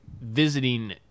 visiting